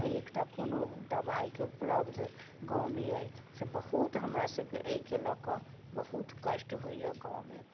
ने एकटा कोनो दबाइके उपलब्ध गाँवमे अइसँ बहुत हमरा सबके लअके बहुत कष्ट होइए गाँवमे